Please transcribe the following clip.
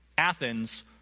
Athens